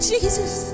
Jesus